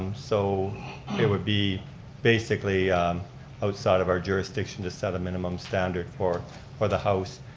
um so it would be basically outside of our jurisdiction to set a minimum standard for for the house.